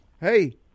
Hey